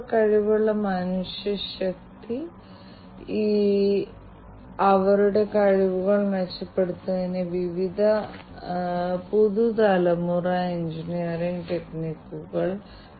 അതിനാൽ ഉപകരണങ്ങളുടെ ശരിയായ അറ്റകുറ്റപ്പണി ഓൺബോർഡ് യാത്രക്കാർക്കും മെഷീനുകൾക്കും ഞങ്ങൾ മെച്ചപ്പെട്ട സുരക്ഷ നൽകുകയും അതുവഴി മെയിന്റനൻസ് ചെലവ് കുറയ്ക്കുകയും ചെയ്യും